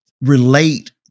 relate